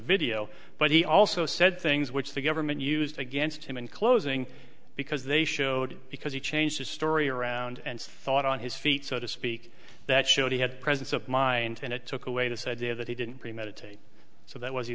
video but he also said things which the government used against him in closing because they showed because he changed his story around and thought on his feet so to speak that showed he had presence of mind and it took away this idea that he didn't premeditate so that was